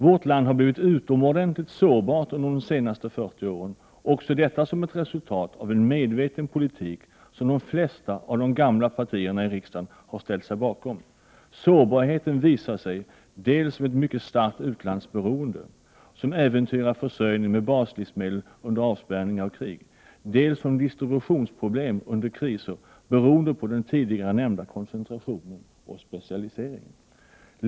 Vårt land har blivit utomordentligt sårbart under de senaste 40 åren. Även detta är ett resultat av en medveten politik, som de flesta av de gamla partierna i riksdagen har ställt sig bakom. Sårbarheten visar sig dels som ett mycket starkt utlandsberoende som äventyrar försörjning med baslivsmedel under avspärrningar och krig, dels som distributionsproblem under kriser beroende på den tidigare nämnda koncentrationen och specialiseringen.